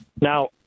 Now